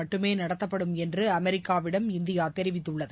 மட்டுமே நடத்தப்படும் என்று அமெரிக்காவிடம் இந்தியா தெரிவித்துள்ளது